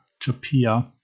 Tapia